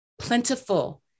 plentiful